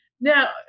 Now